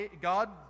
God